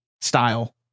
style